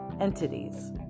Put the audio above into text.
entities